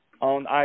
on